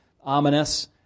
ominous